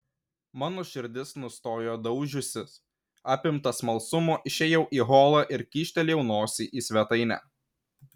mano širdis nustojo daužiusis apimtas smalsumo išėjau į holą ir kyštelėjau nosį į svetainę